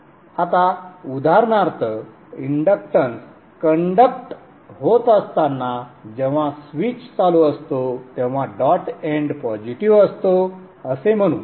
आता उदाहरणार्थ inductance conduct होत असताना जेव्हा स्विच चालू असतो तेव्हा डॉट एंड पॉझिटिव्ह असतो असे म्हणू